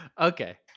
okay